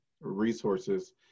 resources